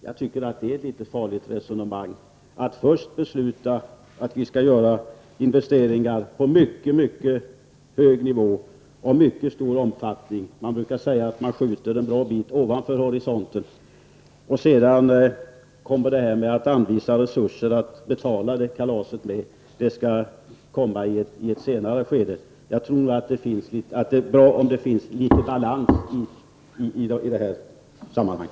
Jag tycker att det är ett litet farligt resonemang att vi först skulle besluta att göra investeringar på en mycket hög nivå — det brukar sägas att man skjuter en bra bit ovanför horisonten — och i ett senare skede anvisa de resurser som behövs för att betala kalaset. Jag tror att det är bra om det finns någon balans i detta sammanhang.